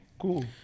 Cool